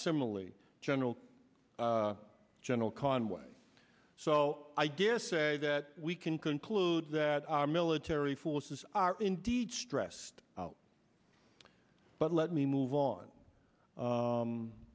similarly general general conway so i guess say that we can conclude that our military forces are indeed stressed out but let me move on